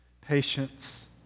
patience